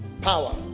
power